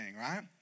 right